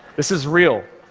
this is real.